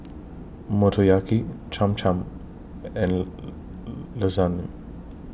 Motoyaki Cham Cham and Lasagne